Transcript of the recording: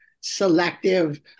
selective